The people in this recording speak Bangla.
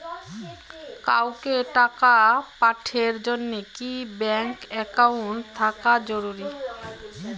কাউকে টাকা পাঠের জন্যে কি ব্যাংক একাউন্ট থাকা জরুরি?